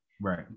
right